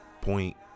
point